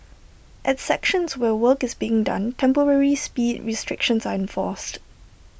at sections where work is being done temporary speed restrictions are enforced